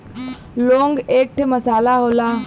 लौंग एक ठे मसाला होला